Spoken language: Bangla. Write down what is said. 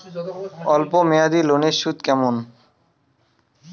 অল্প মেয়াদি লোনের সুদ কেমন?